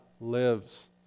lives